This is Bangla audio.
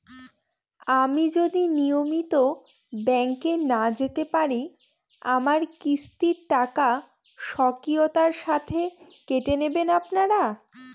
আমি যদি নিয়মিত ব্যংকে না যেতে পারি আমার কিস্তির টাকা স্বকীয়তার সাথে কেটে নেবেন আপনারা?